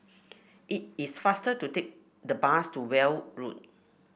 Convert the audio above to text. it is faster to take the bus to Weld Road